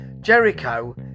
Jericho